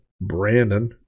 Brandon